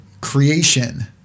creation